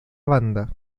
banda